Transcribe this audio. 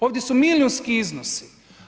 Ovdje su milijunski iznosi.